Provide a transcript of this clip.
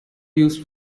used